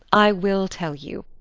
i will tell you,